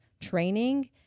training